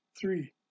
Three